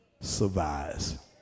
survives